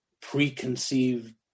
preconceived